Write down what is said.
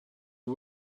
you